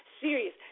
serious